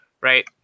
right